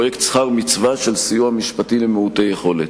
פרויקט "שכר מצווה" לסיוע משפטי למעוטי יכולת.